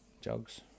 Jugs